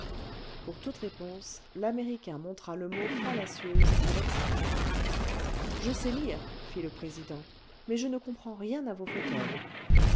pour toute réponse l'américain montra le mot fallacieuse avec sa canne la barricade aerienne médaille d'hoildcul je sais lire fit le président mais je ne comprends rien à vos fauteuils